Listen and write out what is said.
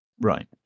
Right